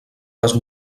les